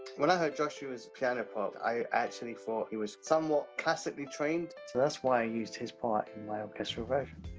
when i heard joshua's piano part, i actually thought he was somewhat classically trained. so, that's why i used his part in my orchestral version.